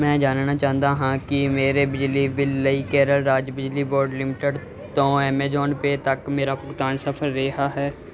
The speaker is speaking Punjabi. ਮੈਂ ਜਾਣਨਾ ਚਾਹੁੰਦਾ ਹਾਂ ਕੀ ਮੇਰੇ ਬਿਜਲੀ ਬਿੱਲ ਲਈ ਕੇਰਲ ਰਾਜ ਬਿਜਲੀ ਬੋਰਡ ਲਿਮਟਡ ਤੋਂ ਐਮੇਜੋਨ ਪੇ ਤੱਕ ਮੇਰਾ ਭੁਗਤਾਨ ਸਫਲ ਰਿਹਾ ਹੈ